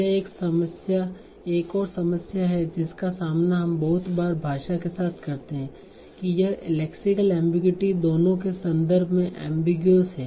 यह एक और समस्या है जिसका सामना हम बहुत बार भाषा के साथ करते हैं कि यह लेक्सिकल एमबीगुइटी दोनों के संदर्भ में एमबीगूएस है